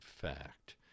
fact